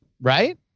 right